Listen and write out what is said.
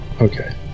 okay